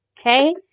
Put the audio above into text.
Okay